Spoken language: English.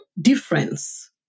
difference